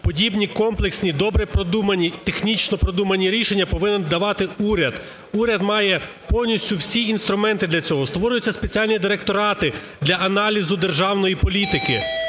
подібні комплексні, добре продумані, технічно продумані рішення повинен давати уряд. Уряд має повністю всі інструменти для цього. Створюється спеціальні директорати для аналізу державної політики.